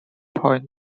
point